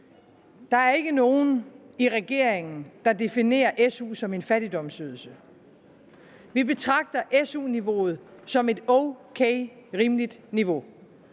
der er ikke nogen i regeringen, der definerer SU som en fattigdomsydelse. Vi betragter SU-niveauet som et okay, rimeligt niveau,